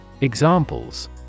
Examples